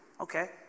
Okay